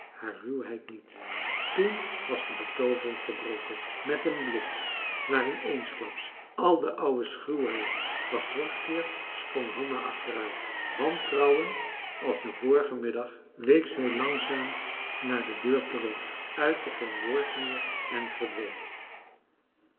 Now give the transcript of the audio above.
haar ruwheid niet toen was de betoovering verbroken met een blik waarin eensklaps al de oude schuwheid was teruggekeerd sprong hanna achteruit wantrouwend als den vorigen middag week zij langzaam naar de deur terug uitte geen woord meer en verdween